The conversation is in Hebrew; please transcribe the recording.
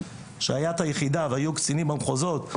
שהייתה היחידה והיו קצינים במחוזות,